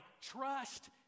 trust